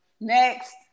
Next